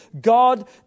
God